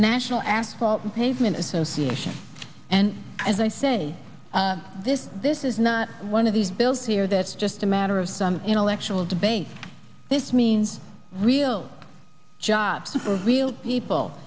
national asphalt pavement association and as i say this this is not one of these bills here that's just a matter of intellectual debate this means real jobs for real people